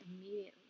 immediately